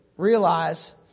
Realize